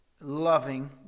loving